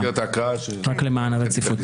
רק למען הרציפות.